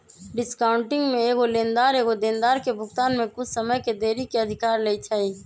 discounting में एगो लेनदार एगो देनदार के भुगतान में कुछ समय के देरी के अधिकार लेइ छै